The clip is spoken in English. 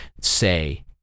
say